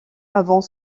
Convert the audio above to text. avant